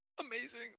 amazing